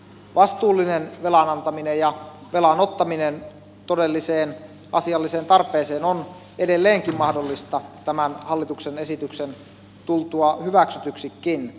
vastuullinen velan antaminen ja velan ottaminen todelliseen asialliseen tarpeeseen on edelleenkin mahdollista tämän hallituksen esityksen tultua hyväksytyksikin